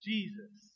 Jesus